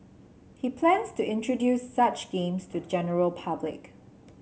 he plans to introduce such games to the general public